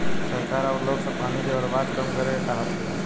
सरकार अब लोग से पानी के बर्बादी कम करे के कहा तिया